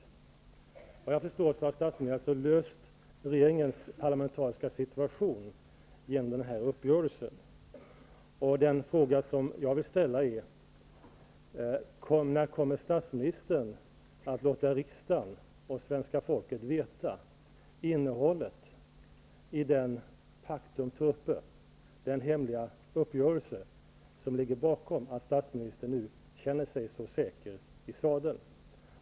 Såvitt jag förstår har statsministern löst regeringens parlamentariska situation genom uppgörelsen. Den fråga som jag vill ställa är: När kommer statsministern att låta riksdagen och svenska folket veta innehållet i den pactum turpe, den hemliga uppgörelse, som ligger bakom det faktum att statsministern nu känner sig så säker i sadeln?